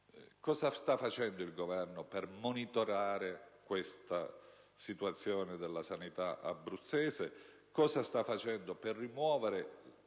Cosa sta facendo il Governo per monitorare la situazione della sanità abruzzese? Cosa sta facendo per rimuovere